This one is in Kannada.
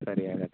ಸರಿ ಹಾಗಾದ್ರೆ